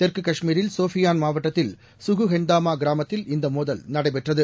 தெற்குகாஷ்மீரில் சோஃபியான் மாவட்டத்தில் சுகுஹென்தாமாகிராமத்தில் இந்தமோதல் நடைபெற்றது